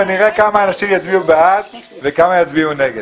ונראה כמה אנשים יצביעו בעד וכמה יצביעו נגד.